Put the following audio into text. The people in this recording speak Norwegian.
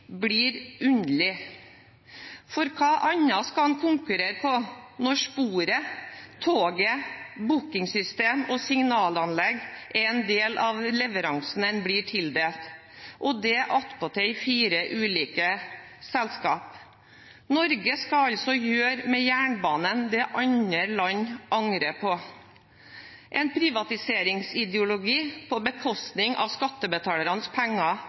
blir underlig. For hva annet skal man konkurrere på når sporet, toget, bookingsystemet og signalanlegget er en del av leveransen man blir tildelt, og det attpåtil i fire ulike selskaper? Norge skal altså gjøre med jernbanen det andre land angrer på – en privatiseringsideologi på bekostning av skattebetalernes penger